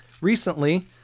Recently